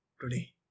today